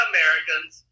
Americans